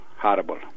horrible